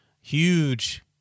Huge